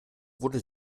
wurde